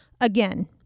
again